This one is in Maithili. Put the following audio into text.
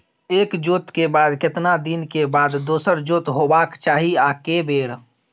एक जोत के बाद केतना दिन के बाद दोसर जोत होबाक चाही आ के बेर?